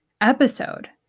episode